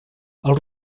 els